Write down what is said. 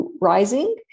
rising